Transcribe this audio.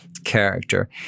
character